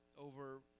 over